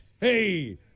Hey